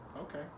Okay